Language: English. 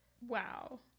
Wow